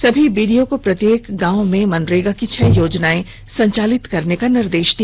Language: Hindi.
सभी बीडीओ को प्रत्येक गांव में मनरेगा की छह योजनाएं संचालित करने का निर्देश दिया